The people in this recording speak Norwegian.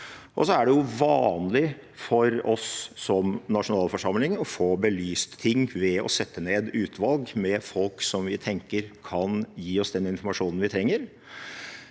Det er vanlig for oss som nasjonalforsamling å få belyst ting ved å sette ned utvalg med folk som vi tenker kan gi oss den informasjonen vi trenger.